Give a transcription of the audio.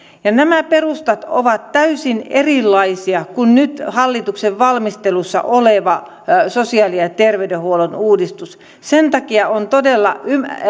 nämä perustat ovat täysin erilaisia kuin nyt hallituksen valmistelussa oleva sosiaali ja terveydenhuollon uudistus sen takia on todella